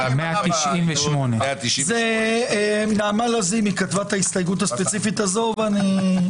הסתייגות 198. נעמה לזימי כתבה את ההסתייגות הספציפית הזאת ואני,